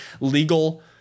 legal